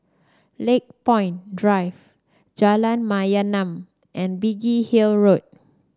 Lakepoint Drive Jalan Mayaanam and Biggin Hill Road